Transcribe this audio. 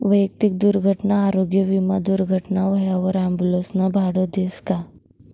वैयक्तिक दुर्घटना आरोग्य विमा दुर्घटना व्हवावर ॲम्बुलन्सनं भाडं देस का?